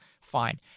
Fine